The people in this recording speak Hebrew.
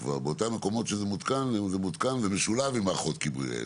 באותם מקומות שזה כבר מותקן זה משולב עם מערכות כיבוי האש,